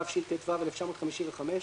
התשט"ו 1955‏,